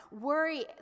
Worry